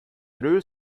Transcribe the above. drew